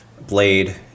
Blade